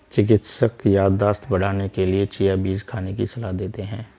चिकित्सक याददाश्त बढ़ाने के लिए चिया बीज खाने की सलाह देते हैं